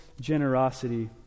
generosity